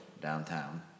downtown